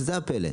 שזה הפלא,